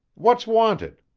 what's wanted?